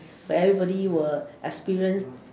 where everybody will experience